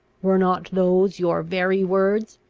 were not those your very words?